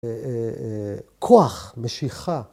‫כוח, משיכה.